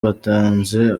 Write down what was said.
batanze